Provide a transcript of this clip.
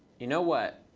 you know what?